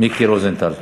מיקי רוזנטל.